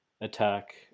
attack